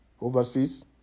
overseas